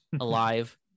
alive